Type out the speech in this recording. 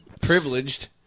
Privileged